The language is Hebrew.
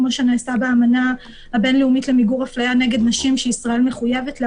כמו שנעשה באמנה הבין-לאומית למיגור אפליה נגד נשים וישראל מחויבת לה,